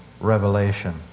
revelation